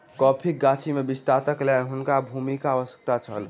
कॉफ़ीक गाछी में विस्तारक लेल हुनका भूमिक आवश्यकता छल